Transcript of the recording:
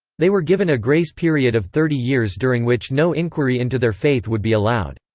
they were given a grace period of thirty years during which no inquiry into their faith would be allowed.